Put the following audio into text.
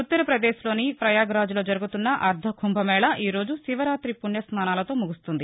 ఉత్తర్పదేశ్లోని పయాగ్రాజ్లో జరుగుతున్న అర్ద కుంభమేళ ఈరోజు శివరాతి పుణ్యస్నానాలతో ముగుస్తుంది